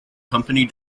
company